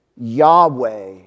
Yahweh